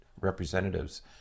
representatives